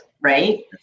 right